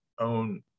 own